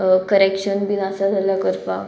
correction बीन आसा जाल्यार करपाक